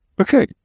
Okay